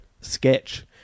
sketch